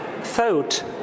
thought